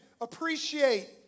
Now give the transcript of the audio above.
appreciate